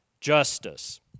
Justice